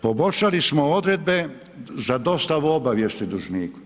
Poboljšali smo odredbe za dostavu obavijesti dužniku.